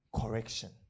correction